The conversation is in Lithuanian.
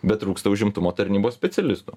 bet trūksta užimtumo tarnybos specialistų